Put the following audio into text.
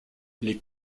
les